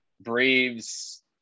Braves